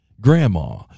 grandma